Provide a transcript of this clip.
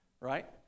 Right